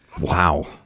Wow